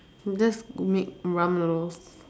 just make ramen noodles